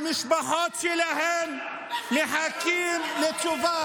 המשפחות שלהם מחכות לתשובה.